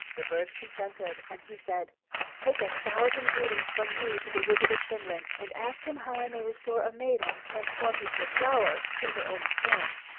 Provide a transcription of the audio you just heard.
the birds consented, and he said take a thousand greetings from me to the wizard of finland, and ask him how i may restore a maiden transformed into a flower to her own form.